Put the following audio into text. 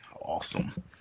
Awesome